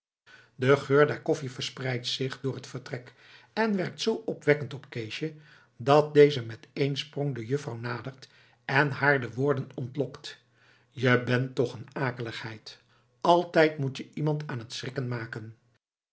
de geur der koffie verspreidt zich door het vertrek en werkt zoo opwekkend op keesje dat deze met één sprong de juffrouw nadert en haar de woorden ontlokt je bent toch een akeligheid altijd moet je iemand aan het schrikken maken